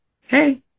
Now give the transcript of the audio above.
hey